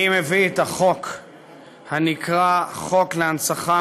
אני מביא את החוק הנקרא: חוק להנצחה,